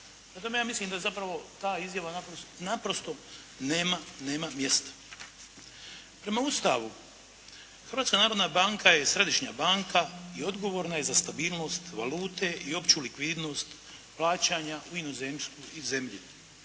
tome ja mislim da zapravo ta izjava naprosto nema mjesta. Prema Ustavu Hrvatska narodna banka je središnja banka i odgovorna je za stabilnost valute i opću likvidnost plaćanja u inozemstvu i zemlji,